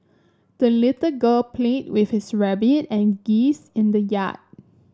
the little girl played with his rabbit and geese in the yard